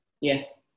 Yes